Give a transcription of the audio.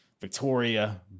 Victoria